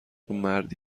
مردی